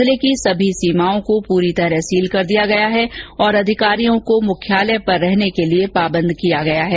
जिले की सभी सीमओं को पूरी तरह सील कर दिया गया है और अधिकारियों को मुख्यालय पर रहने के लिए पाबंद किया गया है